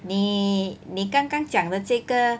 你你刚刚讲的这个